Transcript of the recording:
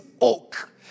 oak